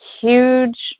huge